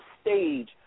stage